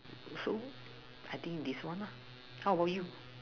so I think this one lah how bout you